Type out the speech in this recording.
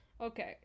Okay